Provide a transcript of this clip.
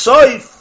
Soif